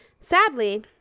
Sadly